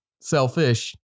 selfish